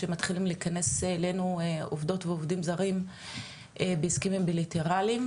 שמתחילים להכנס אלינו עובדות ועובדים זרים בהסכמים בילטראליים,